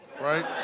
right